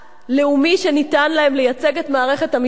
לאומי שניתן להם לייצג את מערכת המשפט